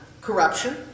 corruption